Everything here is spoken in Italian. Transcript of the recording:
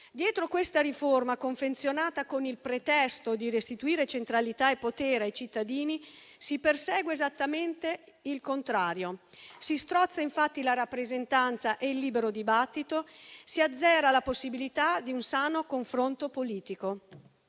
Dietro questa riforma, confezionata con il pretesto di restituire centralità e potere ai cittadini, si persegue esattamente il contrario; si strozza, infatti la rappresentanza e il libero dibattito, si azzera la possibilità di un sano confronto politico.